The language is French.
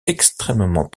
extrêmement